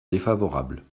défavorable